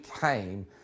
came